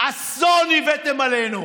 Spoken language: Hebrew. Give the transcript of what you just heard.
אסון הבאתם עלינו.